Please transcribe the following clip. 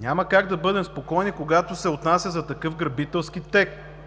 Няма как да бъдем спокойни, когато се отнася за такъв грабителски текст